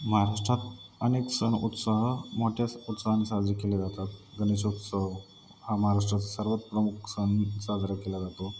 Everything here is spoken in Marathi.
महाराष्ट्रात अनेक सण उत्साह मोठ्या उत्साहाने साजरे केले जातात गणेशोत्सव हा महाराष्ट्राचा सर्वात प्रमुख सण साजरा केला जातो